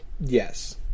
Yes